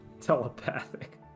telepathic